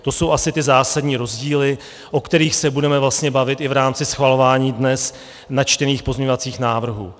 To jsou asi ty zásadní rozdíly, o kterých se budeme bavit i v rámci schvalování dnes načtených pozměňovacích návrhů.